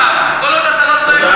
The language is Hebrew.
כל עוד אתה לא צריך,